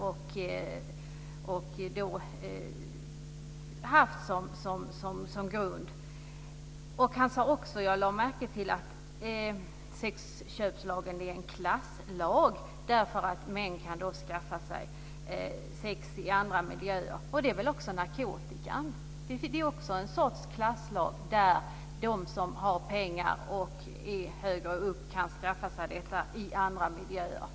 Jag lade också märke till att han sade att sexköpslagen är en klasslag därför att män kan skaffa sig sex i andra miljöer. Det gäller väl också narkotikan. Det är också en sorts klasslag. De som har pengar och är högre upp på samhällsstegen kan skaffa sig detta i andra miljöer.